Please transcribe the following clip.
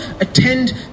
attend